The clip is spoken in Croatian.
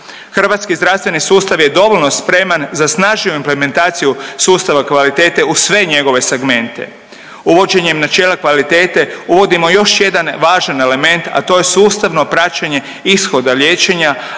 Hrvatski zdravstveni sustav je dovoljno spreman za snažniju implementaciju sustava kvalitete u sve njegove segmente. Uvođenjem načela kvalitete uvodimo još jedan važan element, a to je sustavno praćenje ishoda liječenja,